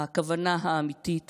הכוונה האמיתית